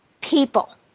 people